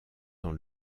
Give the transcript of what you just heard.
dans